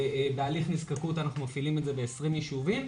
בהליך נזקקות אנחנו מפעילים את זה ב-20 יישובים,